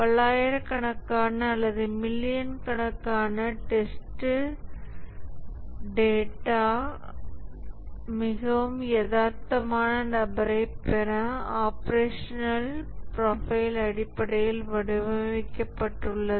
பல்லாயிரக்கணக்கான அல்லது மில்லியன் கணக்கான டேட்டா டெஸ்ட் டேட்டா மிகவும் யதார்த்தமான நபரைப் பெற ஆப்ரேஷனல் ப்ரொபைல் அடிப்படையில் வடிவமைக்கப்பட்டுள்ளது